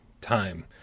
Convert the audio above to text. time